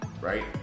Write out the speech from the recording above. right